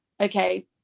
okay